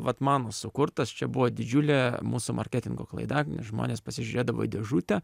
vat mano sukurtas čia buvo didžiulė mūsų marketingo klaida žmonės pasižiūrėdavo į dėžutę